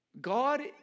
God